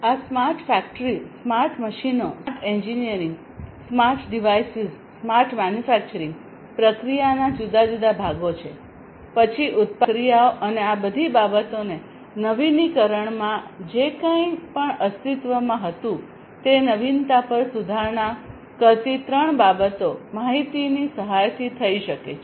આ smart factory smart મશીનો smart engineering smart devices smart manufacturing પ્રક્રિયાના જુદા જુદા ભાગો છે પછી ઉત્પાદન પ્રક્રિયાઓ અને આ બધી બાબતોને નવીનીકરણમાં જે કંઈપણ અસ્તિત્વમાં હતું તે નવીનતા પર સુધારણા કરતી ત્રણ બાબતો માહિતીની સહાયથી થઈ શકે છે